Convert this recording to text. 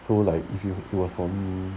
so like if you if it was for me